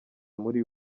muri